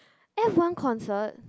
F one concert